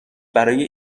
برای